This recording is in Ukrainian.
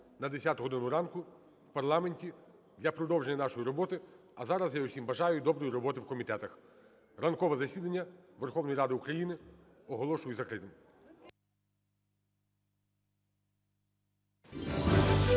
на 10 годину ранку в парламенті для продовження нашої роботи. А зараз я усім бажаю доброї роботи в комітетах. Ранкове засідання Верховної Ради України оголошую закритим.